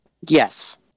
Yes